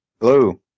Hello